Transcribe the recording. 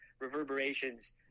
reverberations